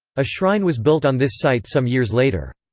a shrine was built on this site some years later.